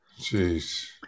jeez